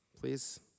please